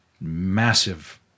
massive